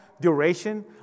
duration